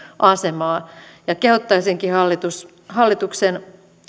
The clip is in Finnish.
asemaa ja kehottaisinkin hallituksen